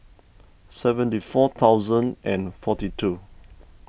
seventy four thousand and forty two